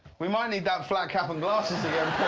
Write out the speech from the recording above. we might need that flap hat and glasses again.